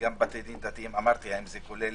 וגם בתי דין דתיים, אמרתי, האם זה כולל